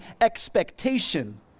expectation